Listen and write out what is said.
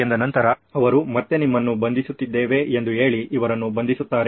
ಎಂದ ನಂತರ ಅವರು ಮತ್ತೆ ನಿಮ್ಮನೂ ಬಂಧಿಸುತ್ತಿದ್ದೇವೆ ಎಂದು ಹೇಳಿ ಇವರನ್ನು ಬಂಧಿಸುತ್ತಾರೆ